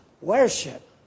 worship